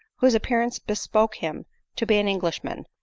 whose appearance bespoke him to be an englishman,